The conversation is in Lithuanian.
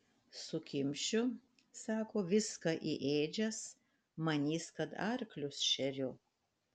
sukimšiu sako viską į ėdžias manys kad arklius šeriu